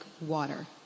water